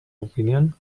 opinion